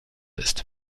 ist